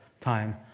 time